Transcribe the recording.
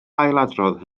ailadrodd